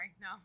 no